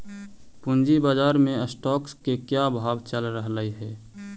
पूंजी बाजार में स्टॉक्स के क्या भाव चल रहलई हे